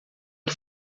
que